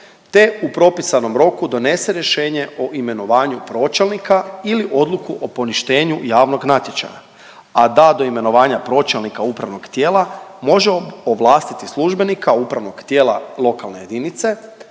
te u propisanom roku donese rješenje o imenovanju pročelnika ili odluku o poništenju javnog natječaja, a da do imenovanja pročelnika upravnog tijela može ovlastiti službenika upravnog tijela lokalne jedinice,